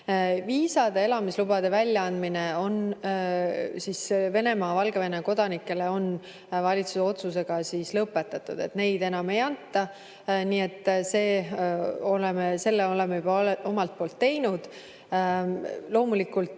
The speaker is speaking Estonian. Viisade ja elamislubade väljaandmine on Venemaa ja Valgevene kodanikele valitsuse otsusega lõpetatud. Neid enam ei anta, nii et oleme seda juba omalt poolt teinud. Loomulikult